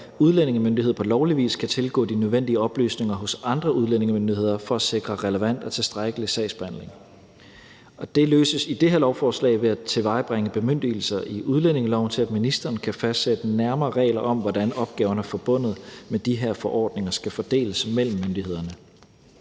udlændingemyndighed på lovlig vis kan tilgå de nødvendige oplysninger hos andre udlændingemyndigheder for at sikre relevant og tilstrækkelig sagsbehandling. Og det løses i det her lovforslag ved at tilvejebringe bemyndigelser i udlændingeloven til, at ministeren kan fastsætte nærmere regler om, hvordan opgaverne forbundet med de her forordninger skal fordeles mellem myndighederne.